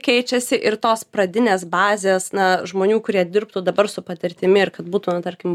keičiasi ir tos pradinės bazės na žmonių kurie dirbtų dabar su patirtimi ir kad būtų na tarkim